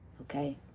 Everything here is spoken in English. Okay